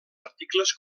articles